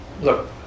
look